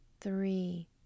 three